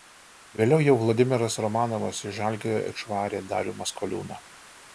vėliau jau vladimiras romanovas iš žalgirio išvarė darių maskoliūną